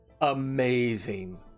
amazing